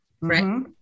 Right